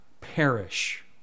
perish